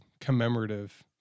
commemorative